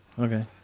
Okay